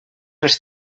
els